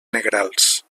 negrals